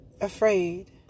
afraid